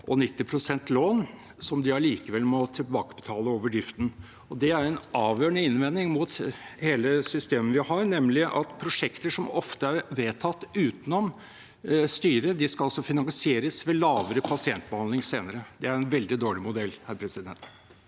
og 90 pst. lån som de allikevel må tilbakebetale over driften. Det er en avgjørende innvending mot hele systemet vi har, nemlig at prosjekter som ofte er vedtatt utenom styret, skal finansieres ved lavere pasientbehandling senere. Det er en veldig dårlig modell. Statsråd